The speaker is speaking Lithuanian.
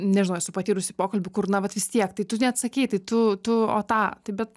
nežinau esu patyrusi pokalbių kur na vat vis tiek tai tu neatsakei tai tu tu o tą tai bet